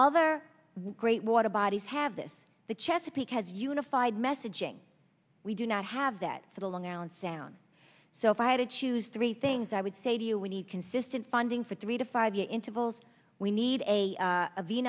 all the great water bodies have this the chesapeake has unified messaging we do not have that for the long island sound so if i had to choose three things i would say to you we need consistent funding for three to five year intervals we need a